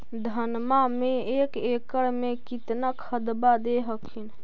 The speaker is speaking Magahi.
धनमा मे एक एकड़ मे कितना खदबा दे हखिन?